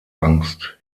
angst